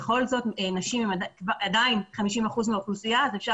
בכל זאת נשים הן עדיין 50 אחוזים מהאוכלוסייה ואפשר